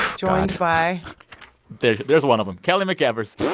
joined by there's there's one of them, kelly mcevers.